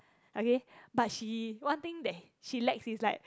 okay but she one thing that she lack is like